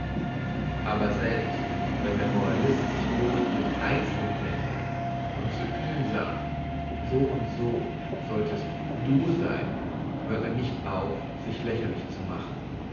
aber selbst wenn der moralist sich bloss an den einzelnen wendet und zu ihm sagt so und so solltest du sein hört er nicht auf sich lächerlich zu machen